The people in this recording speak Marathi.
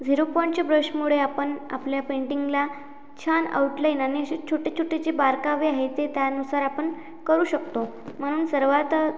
झिरो पॉईंटच्या ब्रशमुळे आपण आपल्या पेंटिंगला छान आऊटलाईन आणि असे छोटे छोटे जे बारकावे आहे ते त्यानुसार आपण करू शकतो म्हणून सर्वात